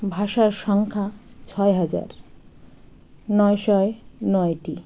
ভাষার সংখ্যা ছয় হাজার নয় শয় নয়টি